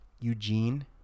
eugene